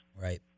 Right